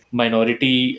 minority